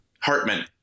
Hartman